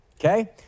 okay